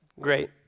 Great